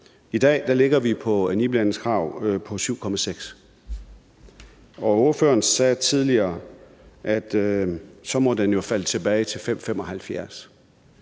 I dag ligger vi på et iblandingskrav på 7,6, og ordføreren sagde tidligere, at det jo så måtte falde tilbage til 5,75.